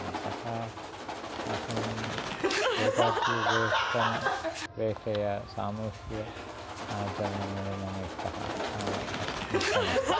अतः अहम् एकाकी उपवेशनापेक्षया सामूहिक आचरणमेव मम इष्टः इष्टमस्ति